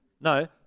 no